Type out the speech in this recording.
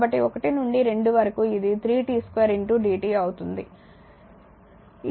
కాబట్టి 1 నుండి 2 వరకు ఇది 3 t 2 dt అవుతుంది